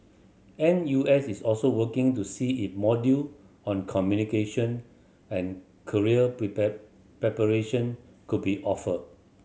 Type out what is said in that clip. N U S is also working to see if module on communication and career preparation could be offered